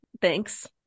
Thanks